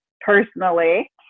personally